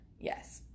Yes